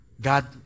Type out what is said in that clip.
God